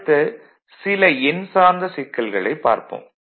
அடுத்து சில எண் சார்ந்த சிக்கல்களைப் பார்ப்போம்